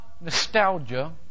nostalgia